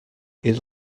era